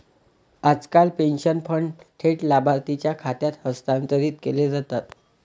आजकाल pension fund थेट लाभार्थीच्या खात्यात हस्तांतरित केले जातात